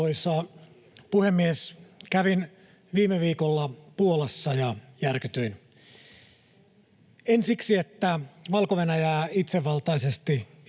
Arvoisa puhemies! Kävin viime viikolla Puolassa ja järkytyin — en siksi, että Valko-Venäjää itsevaltaisesti